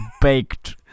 baked